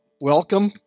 welcome